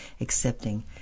accepting